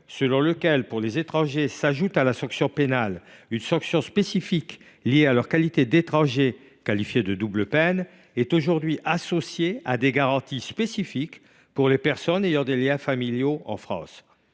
selon lequel, pour les étrangers, s’ajoute à la sanction pénale une sanction spécifique liée à leur qualité d’étranger – c’est la « double peine »– est aujourd’hui associé à des garanties spécifiques pour les personnes ayant des liens familiaux en France.